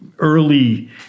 Early